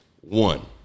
One